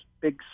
big